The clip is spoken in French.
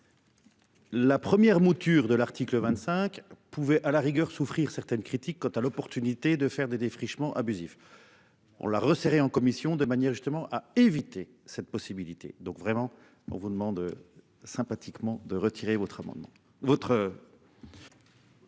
La première mouture de l'article 25 pouvaient à la rigueur souffrir certaines critiques quant à l'opportunité de faire des défrichements abusifs. On l'a resserré en commission de manière justement à éviter cette possibilité. Donc vraiment, on vous demande. Sympathiquement de retirer votre amendement